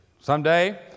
Someday